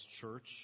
church